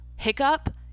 hiccup